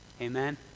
Amen